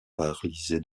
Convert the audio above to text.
paralysé